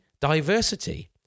diversity